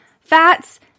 fats